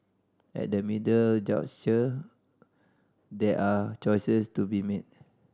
at the middle juncture there are choices to be made